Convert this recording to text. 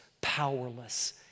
powerless